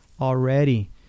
already